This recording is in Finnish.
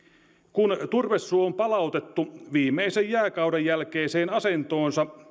kun turvesuo on palautettu viimeisen jääkauden jälkeiseen asentoonsa